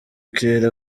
claire